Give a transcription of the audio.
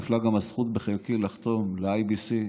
נפלה הזכות בחלקי לחתום ל-IBC,